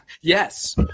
yes